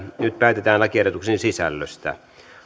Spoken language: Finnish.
nyt päätetään lakiehdotuksen sisällöstä